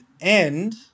end